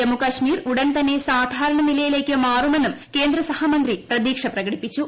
ജമ്മു കാശ്മീർ ഉടൻ തന്നെ സാധാരണ നിലയിലേക്ക് മാറുമെന്നും കേന്ദ്രസഹമന്ത്രി പ്രതീക്ഷ പ്രകടിപ്പിച്ചു